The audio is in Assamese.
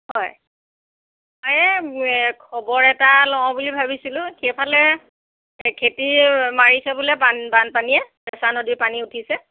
হয় এ খবৰ এটা লওঁ বুলি ভাবিছিলোঁ সেইফালে এই খেতি মাৰিছে বোলে বানপানীয়ে চেঁচা নদীৰ পানী উঠিছে